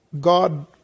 God